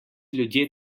ljudje